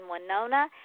Winona